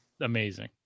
amazing